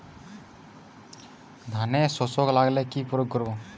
ধানের শোষক লাগলে কি প্রয়োগ করব?